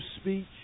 speech